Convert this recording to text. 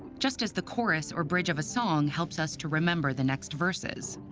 just as the chorus or bridge of a song helps us to remember the next verses.